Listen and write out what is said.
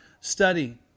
study